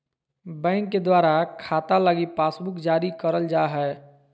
bank के द्वारा खाता लगी पासबुक जारी करल जा हय